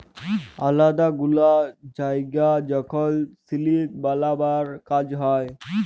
আলেদা গুলা জায়গায় যখল সিলিক বালাবার কাজ হ্যয়